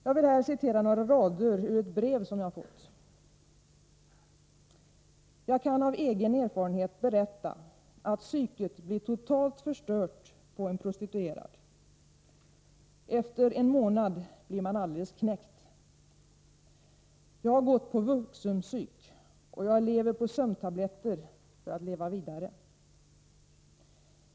Jag vill här citera några rader ur ett brev som jag fått: ”Jag kan av egen erfarenhet berätta att psyket blir totalt förstört på en prostituerad, efter en månad blir man alldeles knäckt. Jag har gått på vuxenpsyk och jag lever på sömntabletter för att leva vidare.